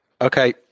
okay